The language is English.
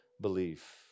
belief